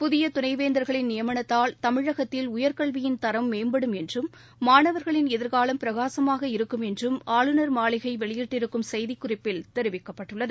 புதியதுணைவேந்தர்களின் நியமனத்தால் தமிழகத்தில் உயர்கல்வியின் தரம் மேம்படும் என்றும் மாணவர்களின் எதிர்காவம் பிரகாசமாக இருக்கும் என்றும் ஆளுநர் மாளிகைவெளியிட்டிருக்கும் செய்திக்குறிப்பில் தெரிவிக்கப்பட்டுள்ளது